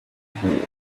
boy